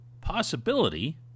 possibility